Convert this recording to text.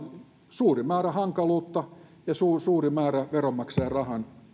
suuri määrä hankaluutta ja suuri määrä veronmaksajan rahan